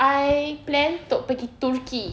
I plan untuk pergi turkey